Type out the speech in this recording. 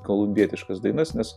kolumbietiškas dainas nes